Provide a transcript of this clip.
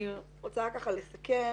אני רוצה ככה לסכם.